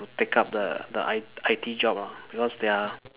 to take up the the I I_T jobs lah because they are